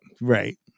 Right